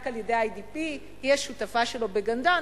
על-ידי "איי.די.בי" היא השותפה שלו ב"גנדן",